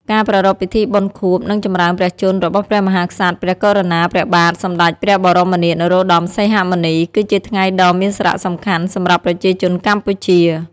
ការប្រារព្ធពិធីបុណ្យខួប និងចម្រើនព្រះជន្មរបស់ព្រះមហាក្សត្រ ព្រះករុណា ព្រះបាទសម្តេចព្រះបរមនាថ នរោត្តម សីហមុនី គឺជាថ្ងៃដ៏មានសារៈសំខាន់សម្រាប់ប្រជាជនកម្ពុជា។